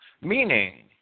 meaning